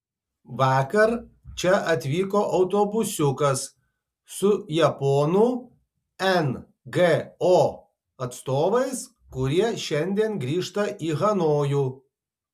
vakar čia atvyko autobusiukas su japonų ngo atstovais kurie šiandien grįžta į hanojų